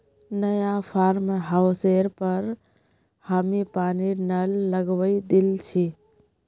नया फार्म हाउसेर पर हामी पानीर नल लगवइ दिल छि